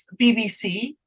BBC